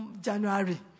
January